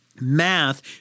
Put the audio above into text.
Math